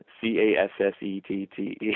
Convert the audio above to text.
C-A-S-S-E-T-T-E